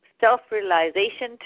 self-realization